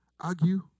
argue